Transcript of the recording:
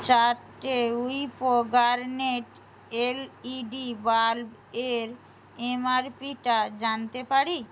চারটে Wipro garnet L E D বাল্বের M R পিটা জানতে পারি